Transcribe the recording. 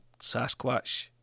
Sasquatch